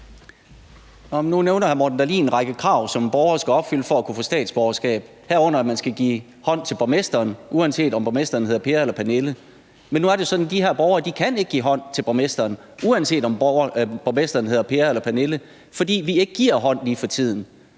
Nu nævner hr. Morten Dahlin en række krav, som borgere skal opfylde for at kunne få dansk statsborgerskab, herunder at man skal give hånd til borgmesteren, uanset om borgmesteren hedder Per eller Pernille. Men nu er det sådan, at de her borgere ikke kan give hånd til borgmesteren, uanset om borgmesteren hedder Per eller Pernille, fordi vi ikke giver hånd lige for tiden.